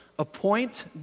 Appoint